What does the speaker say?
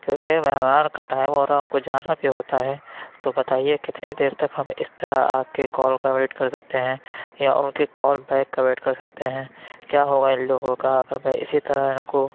کیونکہ مہمان کا ٹائم ہو رہا اُن کو جانا بھی ہوتا ہے تو بتائیے کتنی دیر تک ہم اِس طرح آپ کی کال کا ویٹ کر سکتے ہیں یا اُن کی کال بیک کا ویٹ کر سکتے ہیں کیا ہوگا اِن لوگوں کا اگر میں اِسی طرح اِن کو